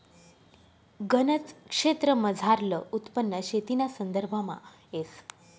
गनज क्षेत्रमझारलं उत्पन्न शेतीना संदर्भामा येस